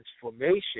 transformation